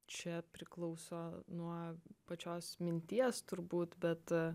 čia priklauso nuo pačios minties turbūt bet